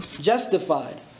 justified